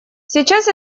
сейчас